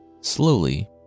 Slowly